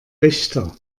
richter